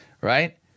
Right